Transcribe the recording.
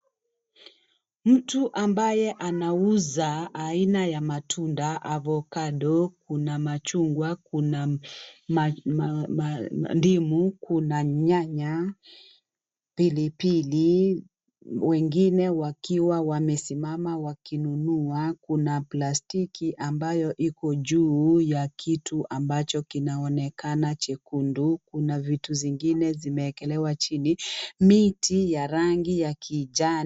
Mtu ambaye anauza aina ya matumda (cs) ovacado (cs) kuna machungwa, kuna ndimu, kuna nyanya, pilipili wengine wakiwa wamesimama wakinunua kuna plastiki ambayo iko juu kwa kitu ambacho kinaonekana chekundu, kuna vitu zengine zimeekelewa chini, miti ya rangi ya kijanii...